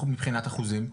מבחינת אחוזים,